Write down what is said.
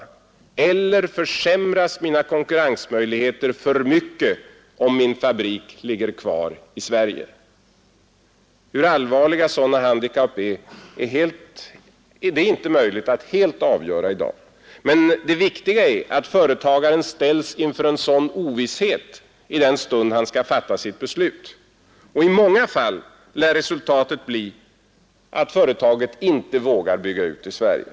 förhandlingareller försämras mina konkurrensmöjligheter för mycket om min fabrik 4 mellan Sverige ligger kvar i Sverige? Hur allvarliga sådana handikapp verkligen är, är inte och EEC möjligt att helt avgöra i dag. Men det viktiga är att företagaren ställs inför en sådan ovisshet i den stund han skall fatta sitt beslut. I många fall lär resultatet bli att företagaren inte vågar bygga ut i Sverige.